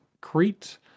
Crete